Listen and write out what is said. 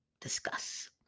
discuss